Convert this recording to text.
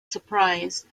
surprise